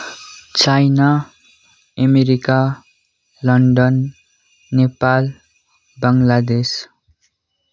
China America London Nepal Bangladesh